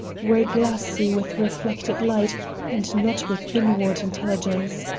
were glassy with reflected light and not with inward intelligence.